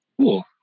Cool